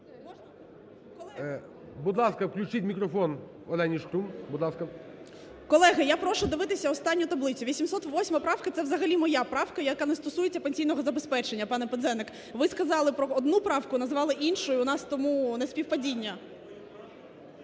Будь ласка, включіть мікрофон, Олені Шкрум, будь ласка. 17:54:13 ШКРУМ А.І. Колеги, я прошу дивитися останню таблицю, 808 правка – це взагалі моя правка, яка не стосується пенсійного забезпечення, пане Пинзеник. Ви сказали про одну правку, назвали іншу, і тому у нас не співпадіння.